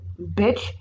bitch